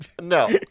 no